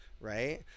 right